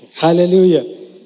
Hallelujah